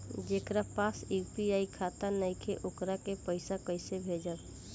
जेकरा पास यू.पी.आई खाता नाईखे वोकरा के पईसा कईसे भेजब?